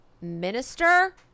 minister